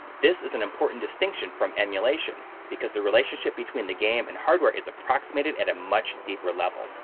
this is an important distinction from emulation because the relationship between the game and hardware is approximated at a much deeper level,